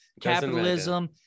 capitalism